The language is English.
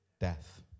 death